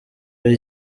ari